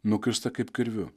nukirsta kaip kirviu